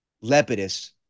Lepidus